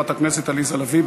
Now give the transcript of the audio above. חברת הכנסת עליזה לביא.